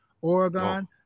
Oregon